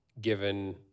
given